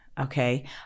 okay